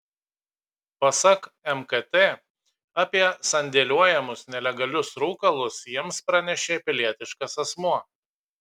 pasak mkt apie sandėliuojamus nelegalius rūkalus jiems pranešė pilietiškas asmuo